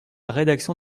rédaction